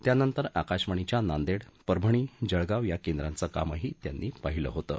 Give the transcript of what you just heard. त्यानंतर आकाशवाणीच्या नांदेड परभणी जळगाव या केंद्रांचं कामही त्यांनी पाहिलं होतं